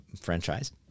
franchise